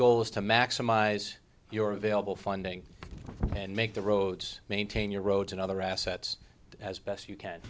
goal is to maximize your available funding and make the roads maintain your roads and other assets as best you can